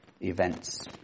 events